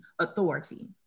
authority